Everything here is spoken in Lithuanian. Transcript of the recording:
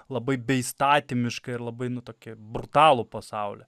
labai beįstatymišką ir labai nu tokį brutalų pasaulį